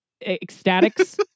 ecstatics